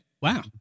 Wow